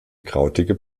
krautige